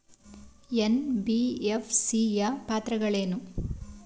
NBFC ಯ ಪಾತ್ರಗಳೇನು?